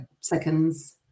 seconds